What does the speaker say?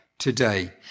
today